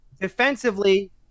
Defensively